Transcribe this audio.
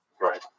Right